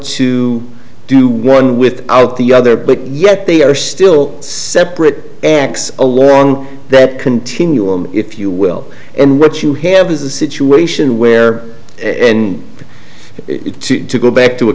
to do one without the other but yet they are still separate x along that continuum if you will and what you have is a situation where in it to go back to a